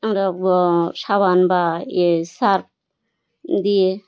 আমরা সাবান বা ইয়ে সার্ফ দিয়ে